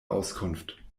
auskunft